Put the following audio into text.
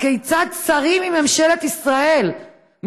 הכיצד שרים בממשלת ישראל,